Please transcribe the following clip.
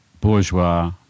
bourgeois